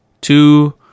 two